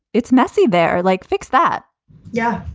it's messy. there are like, fix that yeah.